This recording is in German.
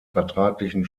vertraglichen